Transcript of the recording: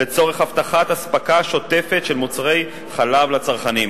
לצורך הבטחת אספקה שוטפת של מוצרי חלב לצרכנים.